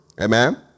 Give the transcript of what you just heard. Amen